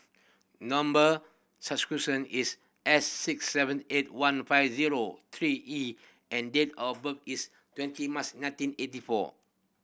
number is S six seven eight one five zero three E and date of birth is twenty March nineteen eighty four